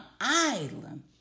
island